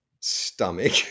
stomach